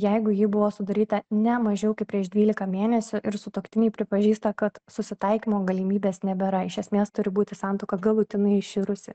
jeigu ji buvo sudaryta ne mažiau kaip prieš dvylika mėnesių ir sutuoktiniai pripažįsta kad susitaikymo galimybės nebėra iš esmės turi būti santuoka galutinai iširusi